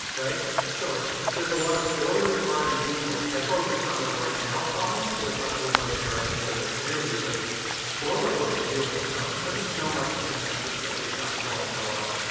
so there's a lot of forward r and d work. i focused on the right now problems because i thought that was most interesting for the interview, but forward, we'll have to deal with snow. it doesn't snow much in san francisco. and it's not while i've been alive.